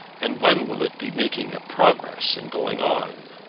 and when will it be making a progress and going on?